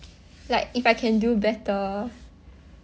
like if I can do better